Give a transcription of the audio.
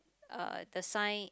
uh the sign